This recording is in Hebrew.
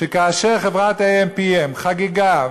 שכאשר חברת AM:PM חגגה,